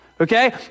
Okay